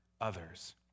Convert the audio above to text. others